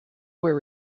were